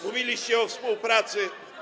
Mówiliście o współpracy.